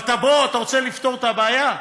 אבל בוא, אתה רוצה לפתור את הבעיה?